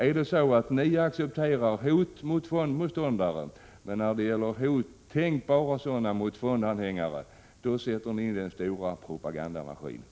Är det så att ni accepterar hot mot 13 mars 1987 fondmotståndare, men att ni när det gäller tänkbara hot mot fondanhängare